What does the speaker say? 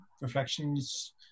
reflections